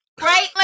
right